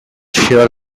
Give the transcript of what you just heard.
shear